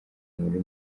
muri